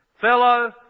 Fellow